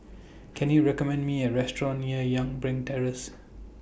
Can YOU recommend Me A Restaurant near Youngberg Terrace